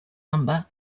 number